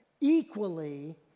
Equally